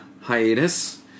hiatus